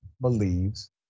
believes